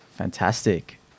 fantastic